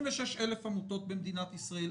26,000 עמותות במדינת ישראל,